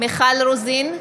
מיכל רוזין,